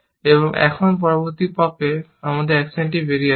এবং এখন পরবর্তী পপে একটি অ্যাকশন বেরিয়ে আসে